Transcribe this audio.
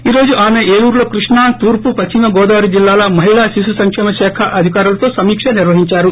ఈ రోజు ఆమె ఏలూరులో కృష్ణా తూర్పు పశ్చిమ గోదావరి జిల్లా ల మహిళా శిశు సంక్షమ శాఖ అధికారులతో సమీక్ష నిర్వహించారు